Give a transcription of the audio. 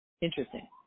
Interesting